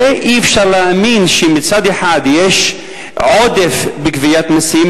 אי-אפשר להאמין שמצד אחד יש עודף בגביית מסים,